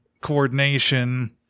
coordination